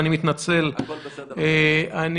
--- אני